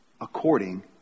according